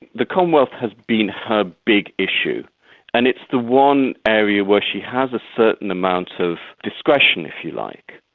the commonwealth has been her big issue and it's the one area where she has a certain amount of discretion, if you like.